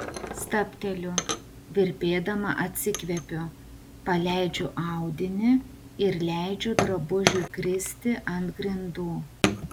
stabteliu virpėdama atsikvepiu paleidžiu audinį ir leidžiu drabužiui kristi ant grindų